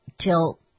till